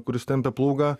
kuris tempia plūgą